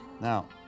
Now